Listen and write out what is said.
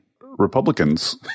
Republicans